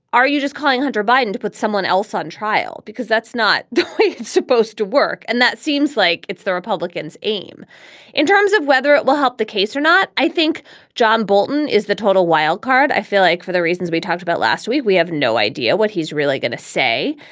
are you just calling hunter biden to put someone else on trial? because that's not the way it's supposed to work. and that seems like it's the republicans aim in terms of whether it will help the case or not. i think john bolton is the total wildcard. i feel like for the reasons we talked about last week, we have no idea what he's really going to say.